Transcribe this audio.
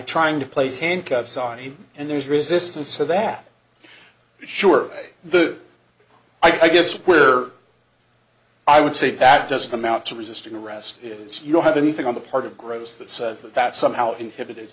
trying to place handcuffs on him and there's resistance so that sure the i guess where i would say that doesn't amount to resisting arrest it's you don't have anything on the part of gross that says that that somehow inhibited